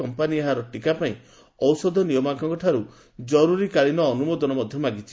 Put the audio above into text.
company ଏହାର ଟିକା ପାଇଁ ଔଷଧ ନିୟାମକଙ୍କଠାରୁ କରୁରୀକାଳୀନ ଅନୁମୋଦନ ମଧ୍ୟ ମାଗିଛି